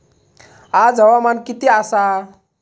आज हवामान किती आसा?